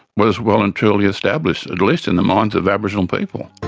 was well and truly established. at least in the minds of aboriginal people.